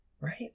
Right